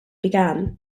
began